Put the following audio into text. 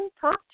talk